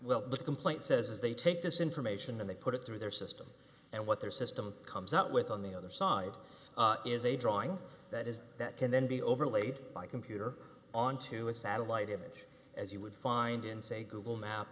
well the complaint says is they take this information and they put it through their system and what their system comes out with on the other side is a drawing that is that can then be overlaid by computer onto a satellite image as you would find in say google map